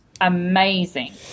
amazing